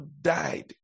died